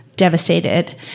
devastated